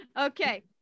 Okay